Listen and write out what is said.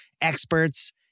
experts